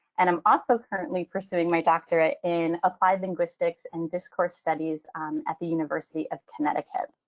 and i'm also currently pursuing my doctorate in applied linguistics and discourse studies at the university of connecticut.